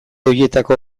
horietako